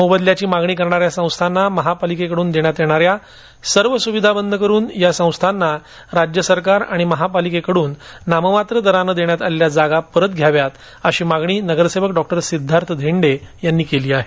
मोबदल्याची मागणी करणाऱ्या संस्थांना महापालिकेकडून देण्यात येणाऱ्या सर्व सुविधा बंद करून या संस्थांना राज्य सरकार आणि महापालिकेकड्रन नाममात्र दराने देण्यात आलेल्या जागा परत घ्याव्यात अशी मागणी नगरसेवक डॉक्टर सिद्धार्थ धेंडे यांनी केली आहे